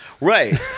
right